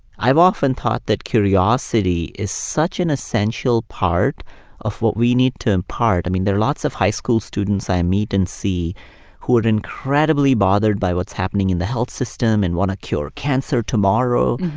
i've often thought that curiosity is such an essential part of what we need to impart. i mean, there are lots of high school students i meet and see who are incredibly bothered by what's happening in the health system and want to cure cancer tomorrow.